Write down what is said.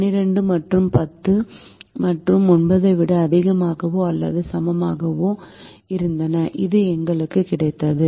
12 மற்றும் 10 மற்றும் 9 ஐ விட அதிகமாகவோ அல்லது சமமாகவோ இருந்தன இது எங்களுக்கு கிடைத்தது